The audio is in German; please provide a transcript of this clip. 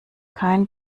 kein